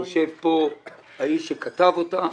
יושב כאן האיש שכתב אותה,